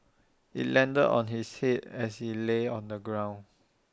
IT landed on his Head as he lay on the ground